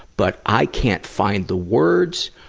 but i can't find the words,